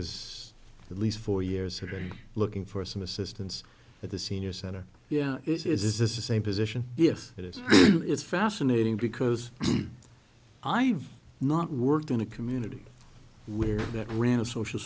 as at least four years already looking for some assistance at the senior center yeah this is the same position yes it is it's fascinating because i've not worked in a community where that ran a social